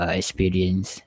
experience